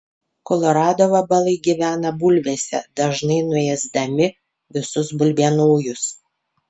kolorado vabalai gyvena bulvėse dažnai nuėsdami visus bulvienojus